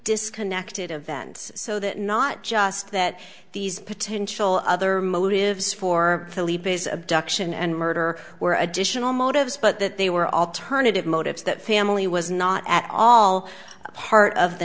disconnected events so that not just that these potential other motives for philippe's abduction and murder were additional motives but that they were alternative motives that family was not at all part of the